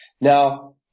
Now